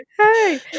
Hey